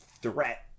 threat